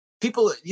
people